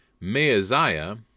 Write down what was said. Meaziah